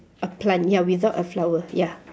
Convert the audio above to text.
a plant ya without a flower ya